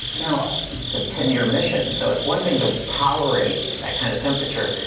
now, said ten year missions. so it's one thing to tolerate that kind of temperature,